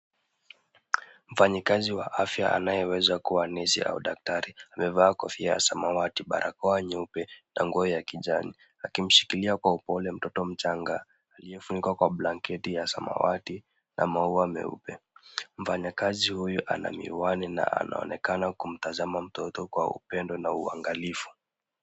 Mfanyikazi wa afya, anayeweza kuwa nesi au daktari. Amevaa kofia ya samawati, barakoa nyeupe na nguo ya kijani, akimshikilia kwa upole mtoto mchanga aliyefunikwa kwa blanketi ya samawati na maua meupe. Mfanyakazi huyu ana miwani na anaonekana kumtazama mtoto kwa upendo na uangalifu.